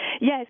Yes